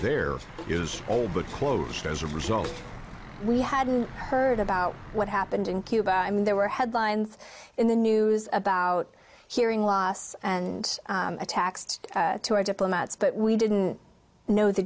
there is all but closed as a result we hadn't heard about what happened in cuba i mean there were headlines in the news about hearing loss and taxed to our diplomats but we didn't know the